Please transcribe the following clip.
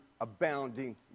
abounding